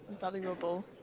valuable